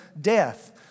death